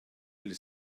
will